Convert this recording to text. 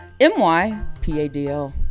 M-Y-P-A-D-L